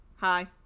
hi